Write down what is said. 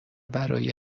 ورای